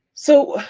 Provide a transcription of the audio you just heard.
so,